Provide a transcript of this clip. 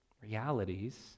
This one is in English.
realities